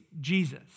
Jesus